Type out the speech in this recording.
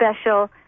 special